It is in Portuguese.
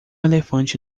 elefante